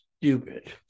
stupid